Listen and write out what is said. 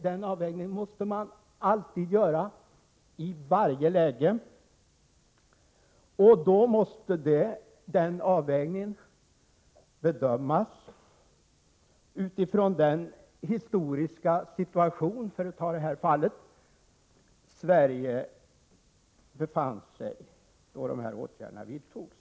Den avvägningen måste man göra i varje läge, och den avvägningen måste göras utifrån den historiska situation som Sverige i detta fall befann sig i när åtgärderna vidtogs.